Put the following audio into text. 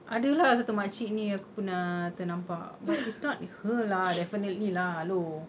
ada lah satu makcik ni aku pernah ternampak but it's not her lah definitely lah hello